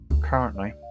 currently